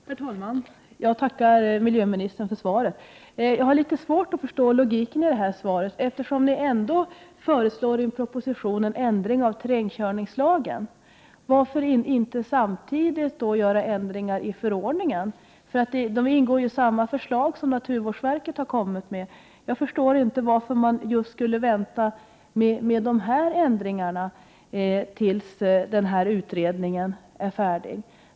Herr talman! Jag tackar miljöministern för svaret. Jag har litet svårt att förstå logiken i svaret. I propositionen föreslår ni ändringar av terrängkörningslagen. Varför då inte samtidigt göra ändringar i förordningen? Båda tas upp i de förslag som naturvårdsverket har lagt fram. Jag förstår inte varför man skulle vänta med just de ändringarna tills utredningen är färdig.